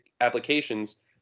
applications